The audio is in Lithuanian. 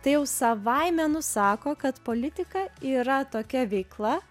tai jau savaime nusako kad politika yra tokia veikla